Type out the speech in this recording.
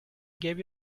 gave